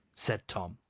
said tom.